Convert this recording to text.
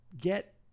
get